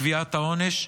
בקביעת העונש.